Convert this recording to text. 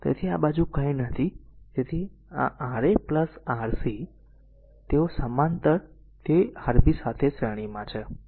તેથી આ બાજુ કંઈ નથી અને તેથી Ra Rc તેઓ સમાંતર તે Rb સાથે શ્રેણીમાં છે